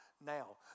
now